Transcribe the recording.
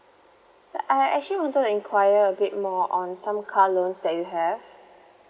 so I actually wanted to enquire a bit more on some car loans that you have